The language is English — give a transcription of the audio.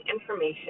information